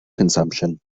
consumption